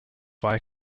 via